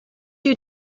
you